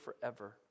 forever